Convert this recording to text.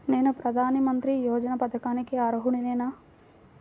నేను ప్రధాని మంత్రి యోజన పథకానికి అర్హుడ నేన?